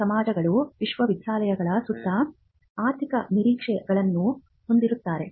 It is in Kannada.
ಸಮಾಜಗಳು ವಿಶ್ವವಿದ್ಯಾಲಯಗಳ ಸುತ್ತ ಆರ್ಥಿಕ ನಿರೀಕ್ಷೆಗಳನ್ನು ಹೊಂದಿರುತ್ತವೆ